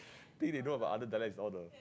thing they know about other dialect is all the